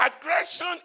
Aggression